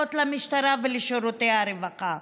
מוכרות למשטרה ולשירותי הרווחה,